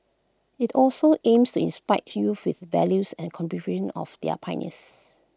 IT also aims to inspire youths with values and of their pioneers